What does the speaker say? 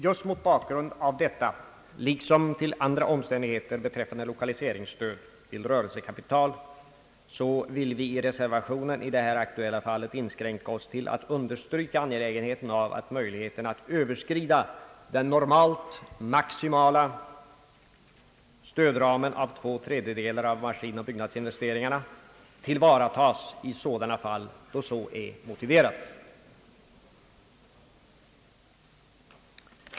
Just mot bakgrund av detta liksom med hänsyn till andra omständigheter beträffande lokaliseringsstöd när det gäller rörelsekapital vill vi i den reservation som berör denna fråga inskränka oss till att understryka angelägenheten av att möjligheterna att överskrida den maximala stödramen av två tredjedelar avseende maskinoch byggnadsinvesteringarna tillvaratages i de fall då så är motiverat.